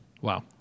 Wow